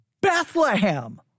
Bethlehem